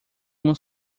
uma